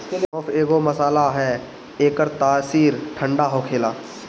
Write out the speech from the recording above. सौंफ एगो मसाला हअ एकर तासीर ठंडा होखेला